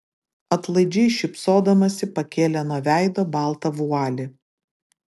atlaidžiai šypsodamasi pakėlė nuo veido baltą vualį